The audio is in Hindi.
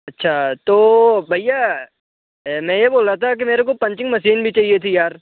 अच्छा तो भैया मेरे को लगता है कि मेरे को पंचींग मशीन भी चाहिए थी यार